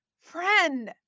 friend